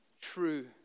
true